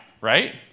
right